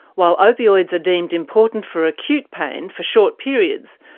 while opioids are deemed important for acute pain for short periods,